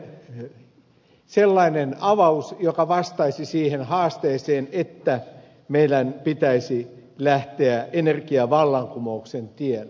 se ei ole sellainen avaus joka vastaisi siihen haasteeseen että meidän pitäisi lähteä energiavallankumouksen tielle